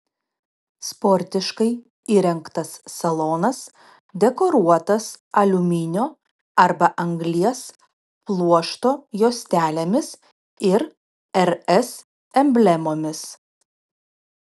sportiškai įrengtas salonas dekoruotas aliuminio arba anglies pluošto juostelėmis ir rs emblemomis